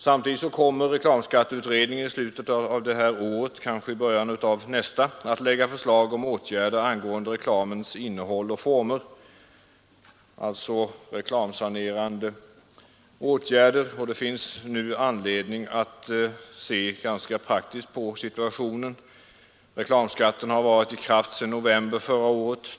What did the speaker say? Samtidigt kommer reklamskatteutredningen i slutet av det här året — eller kanske i början av nästa år — att lägga fram förslag om åtgärder angående reklamens innehåll och former, alltså reklamsanerande åtgärder. Det finns nu anledning att se praktiskt på situationen. Reklamskatten har varit i kraft sedan november förra året.